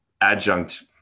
adjunct